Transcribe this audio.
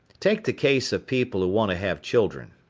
take the case of people who want to have children.